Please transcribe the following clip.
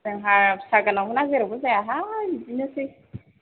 जोंहा फिसागोनांफोरना जेरावबो जायाहाय बिदिनोसै